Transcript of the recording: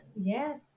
yes